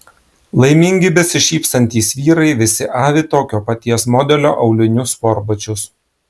laimingi besišypsantys vyrai visi avi tokio paties modelio aulinius sportbačius